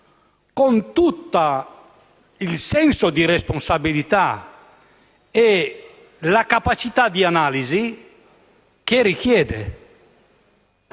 con tutta la responsabilità e la capacità di analisi che si richiede.